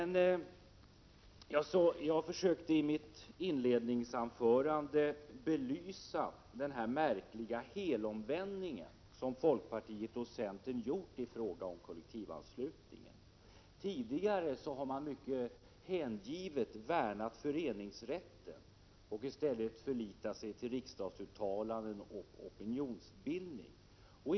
Jag försökte i mitt inledningsanförande belysa den märkliga helomvändning som folkpartiet och centern har gjort i fråga om kollektivanslutningen. Tidigare har man mycket hängivet värnat föreningsrätten och i stället förlitat sig till riksdagsuttalanden och opinionsbildning.